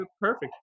perfect